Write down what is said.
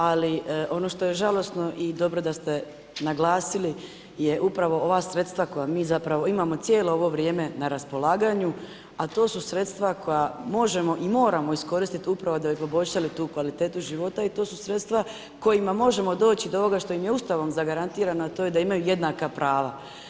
Ali ono što je žalosno i dobro da ste naglasili je upravo ova sredstva koja mi zapravo imamo cijelo ovo vrijeme na raspolaganju, a to su sredstva koja možemo i moramo iskoristiti upravo da bi poboljšali tu kvalitetu života i to su sredstva kojima možemo doći do ovoga što im je Ustavom zagarantirano, a to je da imaju jednaka prava.